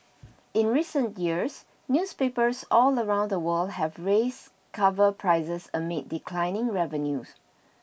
in recent years newspapers all around the world have raised cover prices amid declining revenues